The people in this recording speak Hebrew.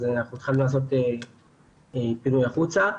אז התחלנו לעשות פינוי החוצה.